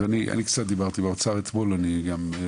אז אני קצת דיברתי עם האוצר אתמול, בסדר,